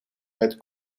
met